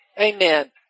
Amen